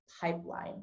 pipeline